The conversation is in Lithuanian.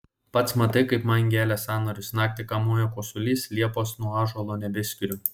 pats matai kaip man gelia sąnarius naktį kamuoja kosulys liepos nuo ąžuolo nebeskiriu